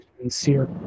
sincere